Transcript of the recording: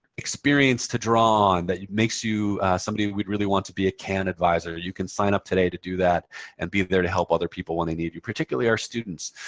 experience to draw on that makes you somebody we'd really want to be a can advisor, you can sign up today to do that and be there to help other people when they need you. particularly, our students.